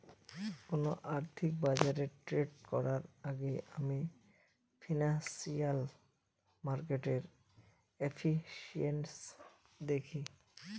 কোন আর্থিক বাজারে ট্রেড করার আগেই আমি ফিনান্সিয়াল মার্কেটের এফিসিয়েন্সি দেখি